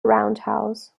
roundhouse